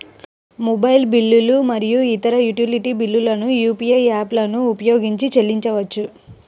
mobile బిల్లులు మరియు ఇతర యుటిలిటీ బిల్లులను యూ.పీ.ఐ యాప్లను ఉపయోగించి చెల్లించవచ్చు